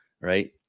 right